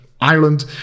Ireland